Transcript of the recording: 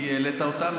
כי העלית אותם.